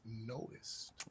noticed